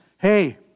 Hey